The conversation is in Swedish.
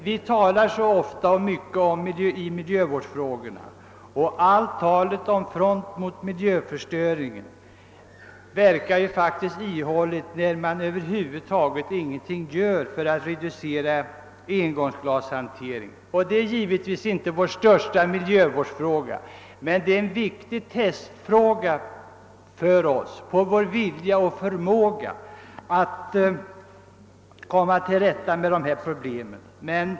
Vi talar så ofta om front mot miljöförstöringen, men allt detta tal verkar faktiskt ihåligt om vi över huvud taget ingenting gör för att reducera engångsglashanteringen. Detta är givetvis inte vår största miljövårdsfråga, men det är ett viktigt test på vår vilja och förmåga att komma till rätta med dessa problem.